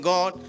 God